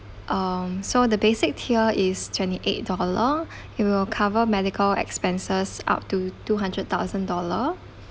um so the basic tier is twenty eight dollar it will cover medical expenses up to two hundred thousand dollar